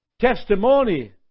testimony